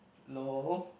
no